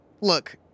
look